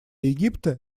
египта